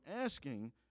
asking